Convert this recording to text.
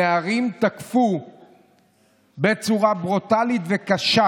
נערים תקפו בצורה ברוטלית וקשה